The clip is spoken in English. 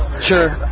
Sure